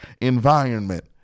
environment